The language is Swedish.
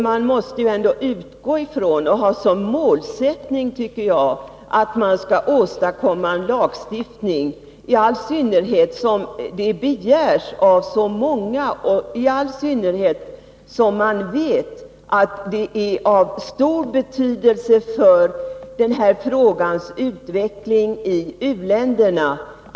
Man måste, tycker jag, ha som målsättning att åstadkomma en lag, i all synnerhet som så många begär det och man vet att det är av stor betydelse för den här frågans utveckling i u-länderna.